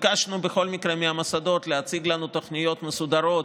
ביקשנו בכל מקרה מהמוסדות להציג לנו תוכניות מסודרות